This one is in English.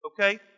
Okay